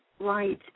right